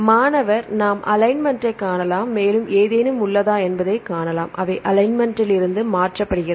மாணவர் நாம் அலைன்மென்ட்டைக் காணலாம் மேலும் ஏதேனும் உள்ளதா என்பதைக் காணலாம் மாற்றப்படுகிறது